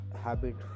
habit